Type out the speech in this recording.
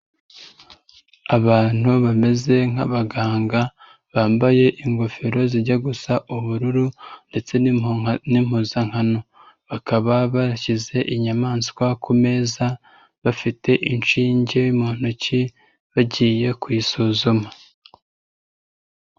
Abantu bameze nk'abaganga bambaye ingofero zijya gusa ubururu ndetse n'impuzankano bakaba bashyize inyamaswa ku meza, bafite inshinge mu ntoki bagiye kuyisuzuma.